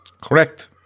Correct